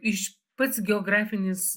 iš pats geografinis